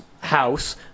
house